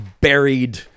Buried